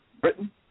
Britain